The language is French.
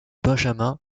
benjamin